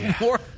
more